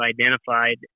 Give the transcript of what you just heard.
identified